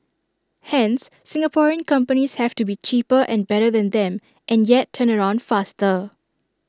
hence Singaporean companies have to be cheaper and better than them and yet turnaround faster